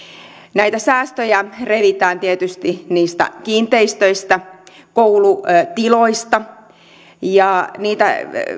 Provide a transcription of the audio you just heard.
näitä säästöjä revitään tietysti kiinteistöistä koulutiloista ja niitä